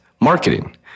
Marketing